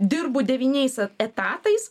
dirbu devyniais e etatais